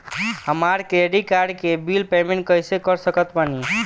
हमार credit card के bill payment कइसे कर सकत बानी?